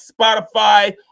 Spotify